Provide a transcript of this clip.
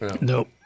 Nope